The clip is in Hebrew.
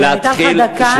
הייתה לך דקה,